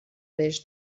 بهش